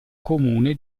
comune